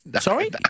Sorry